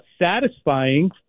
satisfying